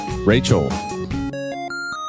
Rachel